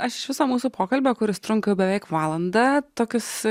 aš iš viso mūsų pokalbio kuris trunka jau beveik valandą tokius